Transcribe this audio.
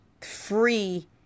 free